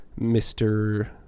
Mr